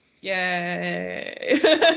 Yay